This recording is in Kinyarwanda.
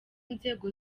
nzego